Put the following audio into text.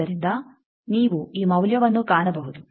ಆದ್ದರಿಂದ ನೀವು ಈ ಮೌಲ್ಯವನ್ನು ಕಾಣಬಹುದು